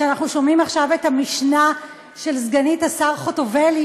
כשאנחנו שומעים עכשיו את המשנה של סגנית השר חוטובולי,